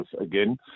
again